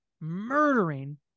murdering